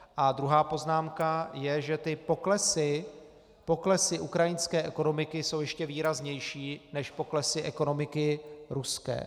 A druhá poznámka je, že poklesy ukrajinské ekonomiky jsou ještě výraznější než poklesy ekonomiky ruské.